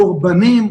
דורבנים.